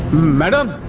madam.